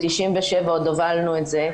ב-97' עוד הובלנו את זה,